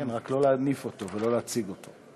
כן, רק לא להניף אותו ולא להציג אותו.